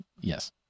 Yes